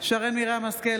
שרן מרים השכל,